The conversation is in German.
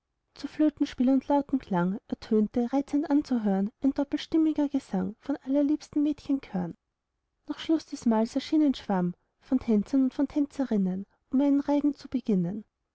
zu flötenspiel und lautenklang ertönte reizend anzuhören ein doppelstimmiger gesang von allerliebsten mädchenchören nach schluß des mahls erschien ein schwarm von tänzern und von tänzerinnen um einen reigen zu beginnen